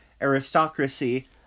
aristocracy